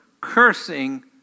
cursing